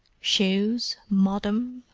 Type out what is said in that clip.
shoes, moddam?